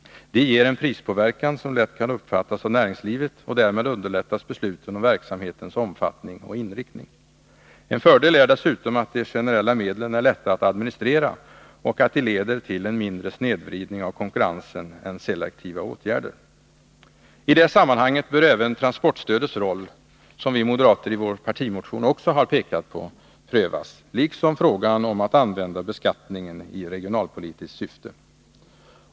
De ger en prispåverkan som lätt kan uppfattas av näringslivet, och därmed underlättas besluten om verksamhetens omfattning och inriktning. En fördel är dessutom att de generella medlen är lätta att administrera och att de leder till en mindre snedvridning av konkurrensen än selektiva åtgärder. I det sammanhanget bör även transportstödets roll, som vi moderater i vår partimotion också har pekat på, prövas, liksom frågan om att använda beskattningen i regionalpolitiskt syfte.